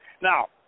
Now